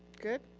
good.